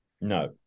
No